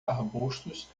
arbustos